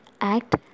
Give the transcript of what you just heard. act